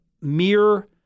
mere